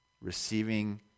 receiving